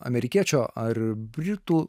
amerikiečio ar britų